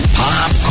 pop